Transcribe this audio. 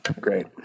Great